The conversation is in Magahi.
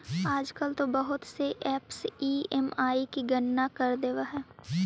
आजकल तो बहुत से ऐपस ई.एम.आई की गणना कर देवअ हई